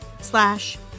slash